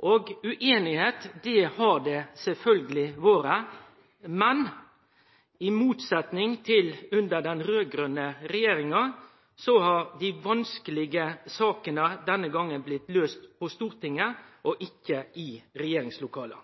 forhandlingane. Ueinigheit har det sjølvsagt vore, men i motsetning til under den raud-grøne regjeringa har dei vanskelege sakene denne gongen blitt løyste på Stortinget og ikkje i regjeringslokala.